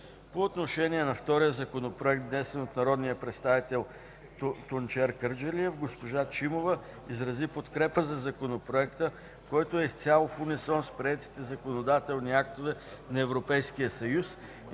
По отношение на втория законопроект, внесен от народния представител Тунчер Кърджалиев, госпожа Чимова изрази подкрепа за Законопроекта, който е изцяло в унисон с приетите законодателни актове на Европейския съюз